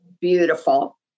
beautiful